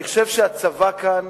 אני חושב שהצבא כאן